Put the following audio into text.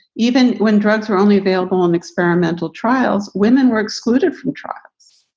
even when drugs were only available on experimental trials, women were excluded from trials